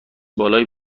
بالایی